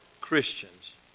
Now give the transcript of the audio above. Christians